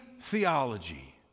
theology